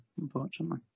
unfortunately